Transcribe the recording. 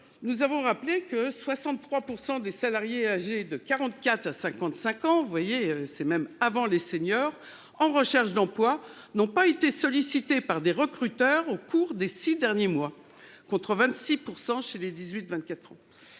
nous avons rappelé que 63% des salariés âgés de 44 à 55 ans, vous voyez c'est même avant les seniors en recherche d'emploi n'ont pas été sollicités par des recruteurs au cours des 6 derniers mois, contre 26% chez les 18 24 ans.